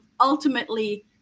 ultimately